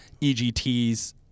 EGTs